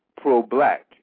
pro-black